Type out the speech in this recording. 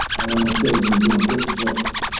i went on stage and was doing rich jokes.